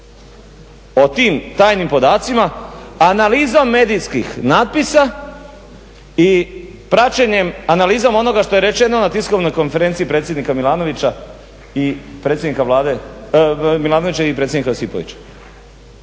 o tim tajnim podacima analizom medijskih natpisa i praćenjem, analizom onoga što je rečeno na tiskovnoj konferenciji predsjednika Milanovića i predsjednika Josipovića.